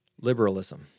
liberalism